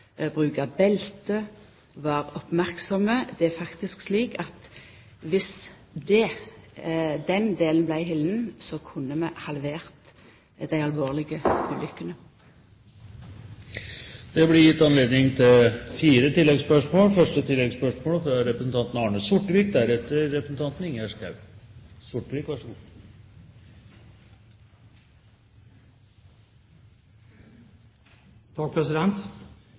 belte, vera oppmerksame. Det er faktisk slik at dersom den delen vart halden, kunne vi ha halvert talet på alvorlege ulukker. Det blir gitt anledning til fire